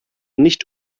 nicht